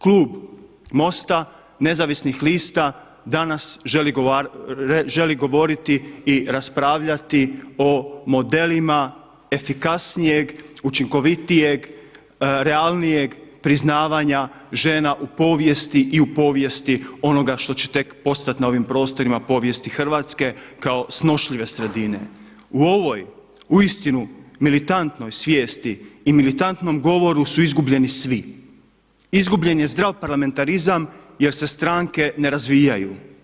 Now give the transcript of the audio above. Klub MOST-a nezavisnih lista danas želi govoriti i raspravljati o modelima efikasnijeg, učinkovitijeg, realnijeg priznavanja žena u povijesti i u povijesti onoga što će tek postati na ovim prostorima povijesti Hrvatske kao snošljive sredine u ovoj uistinu militantnoj svijesti i militantnom govoru su izgubljeni svi, izgubljen je zdrav parlamentarizam jer se stranke ne razvijaju.